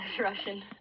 Russian